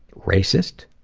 racist,